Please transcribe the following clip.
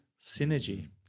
Synergy